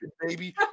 baby